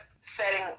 setting